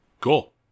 Cool